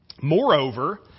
Moreover